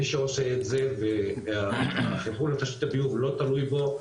מי שעושה את זה והטיפול בתשתית הביוב לא תלוי בו,